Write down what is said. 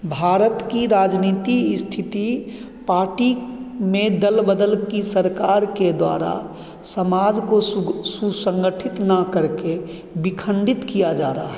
भारत की राजनीति इस्थिति पार्टी में दलबदल की सरकार के द्वारा समाज को सु सुसँगठित ना करके विखण्डित किया जा रहा है